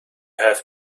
have